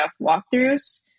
walkthroughs